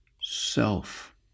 self